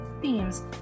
themes